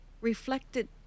reflected